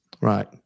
Right